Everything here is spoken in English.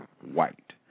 white